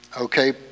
okay